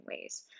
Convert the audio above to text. ways